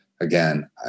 again